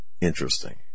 interesting